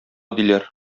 диләр